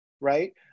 right